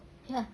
ya